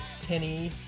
tinny